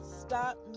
stop